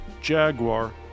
Jaguar